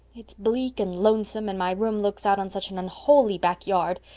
it's bleak and lonesome, and my room looks out on such an unholy back yard.